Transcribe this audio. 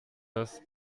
das